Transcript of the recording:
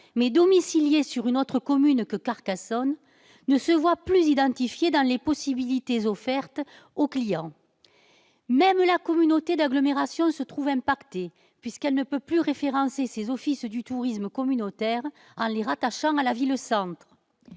mais domicilié sur une autre commune que Carcassonne, ne se voit plus identifié dans les possibilités offertes aux clients. Même la communauté d'agglomération se trouve impactée puisqu'elle ne peut plus référencer ses offices du tourisme communautaires en les rattachant à la ville-centre.